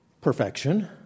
perfection